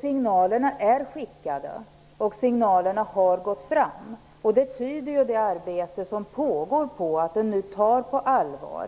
Signalerna är skickade och signalerna har gått fram. Det arbete som nu pågår tyder på att det tas på allvar.